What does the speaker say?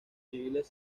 civiles